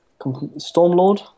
Stormlord